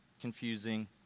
confusing